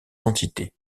entités